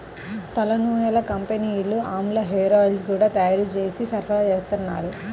తలనూనెల కంపెనీలు ఆమ్లా హేరాయిల్స్ గూడా తయ్యారు జేసి సరఫరాచేత్తన్నారు